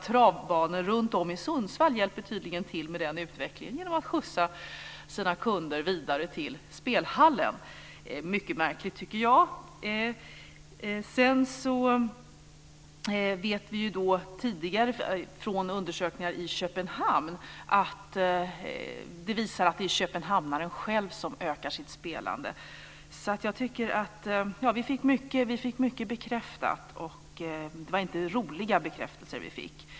Travbanor runtom i Sundsvall hjälper tydligen också till med den här utvecklingen genom att skjutsa sina kunder vidare till spelhallen. Mycket märkligt, tycker jag! Vi vet också genom tidigare undersökningar i Köpenhamn att det är köpenhamnsbon själv som ökar sitt spelande. Vi fick alltså mycket bekräftat, och det var inga roliga bekräftelser som vi fick.